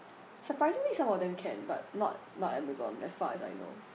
surprisingly some of them can but not not amazon as far as I know